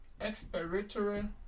expiratory